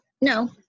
no